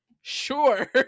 sure